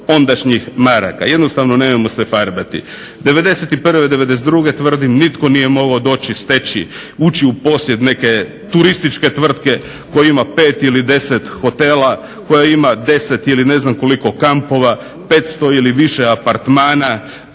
ondašnjih maraka, jednostavno nemojmo se farbati. '91., '92. Tvrdim nitko nije mogao steći, ući u posjed neke turističke tvrtke koja ima 5 ili 10 hotela, koja ima 10 ili ne znam koliko kampova, 500 ili više apartmana